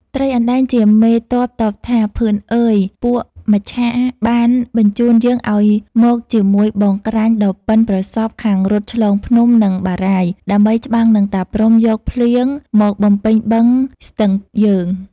ត្រីអណ្តែង ជាមេទ័ពតបថា “ ភឿនអើយ ! ពួកមច្ឆាបានបញ្ជូនយើងឱ្យមកជាមួយបងក្រាញ់ដ៏ប៉ិន ប្រសប់ខាងរត់ឆ្លងភ្នំ និងបារាយណ៍ ដើម្បីច្បាំងនឹងតាព្រហ្មយកភ្លៀងមកបំពេញបឹង ស្ទឹងយើង “ ។